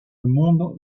monde